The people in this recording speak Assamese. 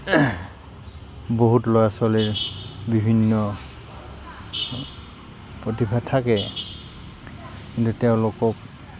বহুত ল'ৰা ছোৱালীৰ বিভিন্ন প্ৰতিভা থাকে কিন্তু তেওঁলোকক